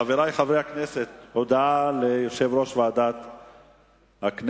חברי חברי הכנסת, הודעה ליושב-ראש ועדת הכנסת.